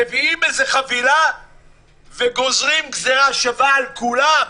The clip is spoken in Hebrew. מביאים איזו חבילה וגוזרים גזירה שווה על כולם.